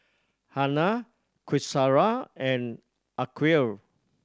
Hana Qaisara and Aqil